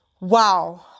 Wow